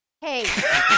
Hey